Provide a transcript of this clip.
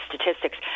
statistics